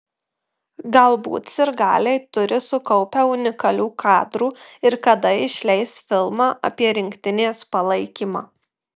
galbūt sirgaliai turi sukaupę unikalių kadrų ir kada išleis filmą apie rinktinės palaikymą